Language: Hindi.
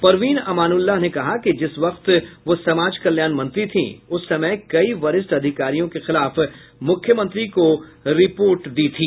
परवीन अमानूल्लाह ने कहा कि जिस वक्त वह समाज कल्याण मंत्री थीं उस समय कई वरिष्ठ अधिकारियों के खिलाफ मुख्यमंत्री को रिपोर्ट दी थी